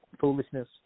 foolishness